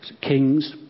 Kings